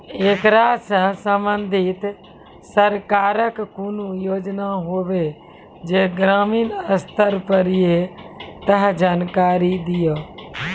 ऐकरा सऽ संबंधित सरकारक कूनू योजना होवे जे ग्रामीण स्तर पर ये तऽ जानकारी दियो?